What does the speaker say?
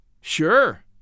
Sure